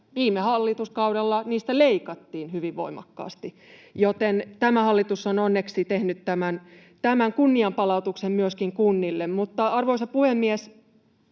viime hallituskaudella niistä leikattiin hyvin voimakkaasti, joten tämä hallitus on onneksi tehnyt tämän kunnianpalautuksen myöskin kunnille. Arvoisa puhemies!